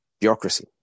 bureaucracy